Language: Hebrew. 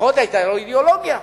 לפחות היתה לו אידיאולוגיה.